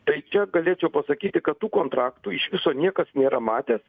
tai čia galėčiau pasakyti kad tų kontraktų iš viso niekas nėra matęs